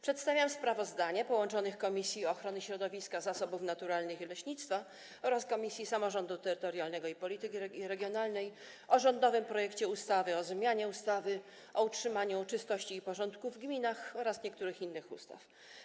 Przedstawiam sprawozdanie połączonych komisji: Komisji Ochrony Środowiska, Zasobów Naturalnych i Leśnictwa oraz Komisji Samorządu Terytorialnego i Polityki Regionalnej o rządowym projekcie ustawy o zmianie ustawy o utrzymaniu czystości i porządku w gminach oraz niektórych innych ustaw.